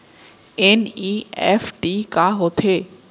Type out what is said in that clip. NEFT का होथे?